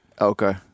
Okay